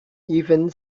even